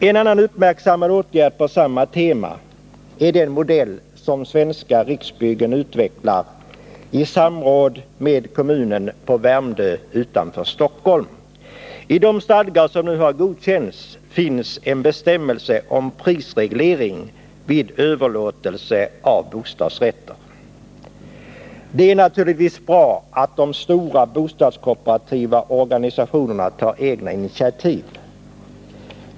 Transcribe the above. En annan uppmärksammad åtgärd på samma tema är den modell som Svenska riksbyggen utvecklar i samråd med Värmdö kommun utanför Stockholm. I de stadgar för en bostadsrättsförening som nu har godkänts finns en bestämmelse om prisreglering vid överlåtelse av bostadsrätter. Det är naturligtvis bra att de stora bostadskooperativa organisationerna tar egna initiativ.